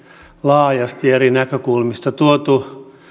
laajasti eri näkökulmista tuotu